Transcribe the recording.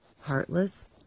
heartless